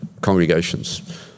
congregations